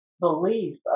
belief